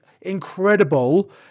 incredible